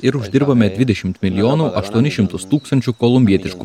ir uždirbame dvidešimt milijonų aštuonis šimtus tūkstančių kolumbietiškų